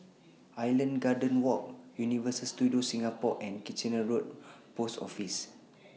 Island Gardens Walk Universal Studios Singapore and Kitchener Road Post Office